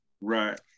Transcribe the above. Right